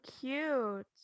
cute